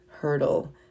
hurdle